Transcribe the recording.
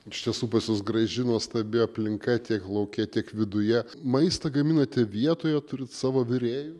iš tiesų pas jus graži nuostabi aplinka tiek lauke tiek viduje maistą gaminate vietoje turite savo virėjų